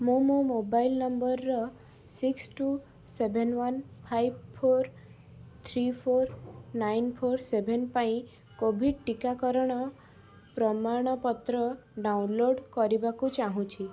ମୁଁ ମୋ mobile number six two seven one five four three four nine four seven ପାଇଁ COVID ଟିକାକରଣ ପ୍ରମାଣପତ୍ର ଡାଉନଲୋଡ଼୍ କରିବାକୁ ଚାହୁଁଛି